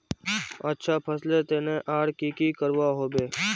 अच्छा फसलेर तने आर की की करवा होबे?